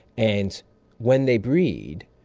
and when they breed,